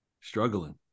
struggling